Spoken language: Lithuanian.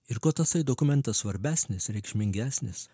ir kuo tasai dokumentas svarbesnis reikšmingesnis